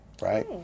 right